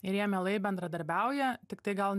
ir jie mielai bendradarbiauja tiktai gal